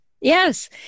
Yes